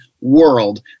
world